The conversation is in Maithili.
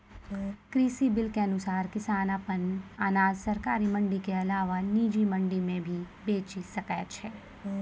कृषि बिल के अनुसार किसान अप्पन अनाज सरकारी मंडी के अलावा निजी मंडी मे भी बेचि सकै छै